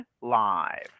live